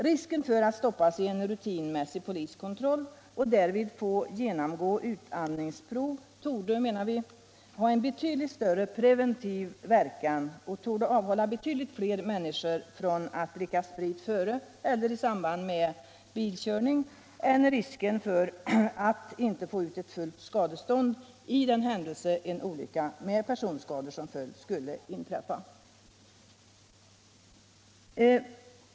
Risken för att stoppas i en rutinmässig poliskontroll och därvid få genomgå utandningsprov torde, menar vi, ha en betydligt större preventiv verkan och torde avhålla betydligt fler människor från att dricka sprit före eller i samband med bilkörning än risken för att inte få ut ett fullt skadestånd för den händelse en olycka med personskador som följd skulle inträffa.